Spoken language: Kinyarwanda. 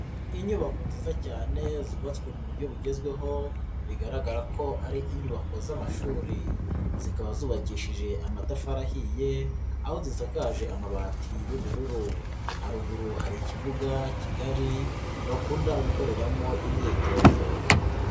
Inyubako nziza cyane zubatswe mu buryo bugezweho bigaragara ko ari inyubako z'amashuri, zikaba zubakishije amatafari ahiye, aho dusakaje amabati y'ubururu, haruguru hari ikibuga kigari bakunda gukoreramo imyitozo.